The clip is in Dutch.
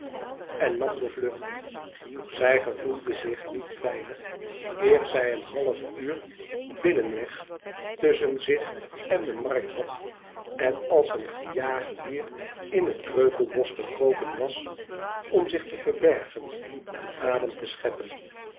en nam de vlucht zij gevoelde zich niet veilig eer zij een half uur binnenweg tusschen zich en de markt had en als een gejaagd dier in het kreupelbosch gekropen was om zich te verbergen en adem te scheppen